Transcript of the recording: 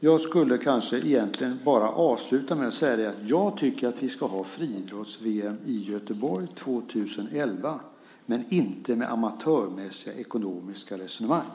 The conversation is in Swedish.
Jag skulle kanske egentligen bara avsluta med att säga att jag tycker att vi ska ha friidrotts-VM i Göteborg 2011 men inte med amatörmässiga ekonomiska resonemang.